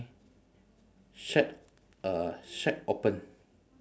shack uh shack open